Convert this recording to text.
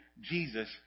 Jesus